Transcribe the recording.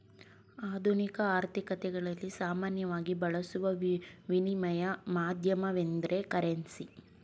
ಆಧುನಿಕ ಆರ್ಥಿಕತೆಗಳಲ್ಲಿ ಸಾಮಾನ್ಯವಾಗಿ ಬಳಸುವ ವಿನಿಮಯ ಮಾಧ್ಯಮವೆಂದ್ರೆ ಕರೆನ್ಸಿ